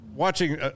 Watching